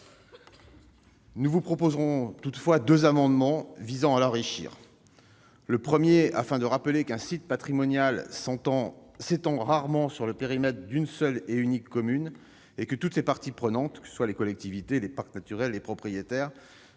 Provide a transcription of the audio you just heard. Nous vous proposerons toutefois deux amendements visant à l'enrichir. Le premier tend à rappeler qu'un site patrimonial s'étend rarement sur le périmètre d'une seule et unique commune, et que toutes les parties prenantes- collectivités, parc naturel, propriétaires